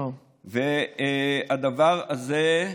הדבר הזה,